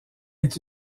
est